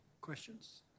Questions